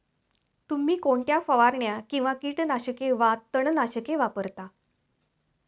तुम्ही कोणत्या फवारण्या किंवा कीटकनाशके वा तणनाशके वापरता?